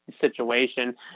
situation